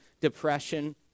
depression